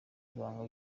ibanga